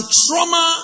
trauma